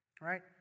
right